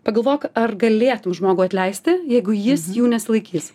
pagalvok ar galėtum žmogų atleisti jeigu jis jų nesilaikys